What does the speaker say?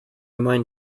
mind